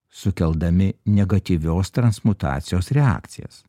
sukeldami negatyvios transmutacijos reakcijas